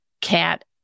cat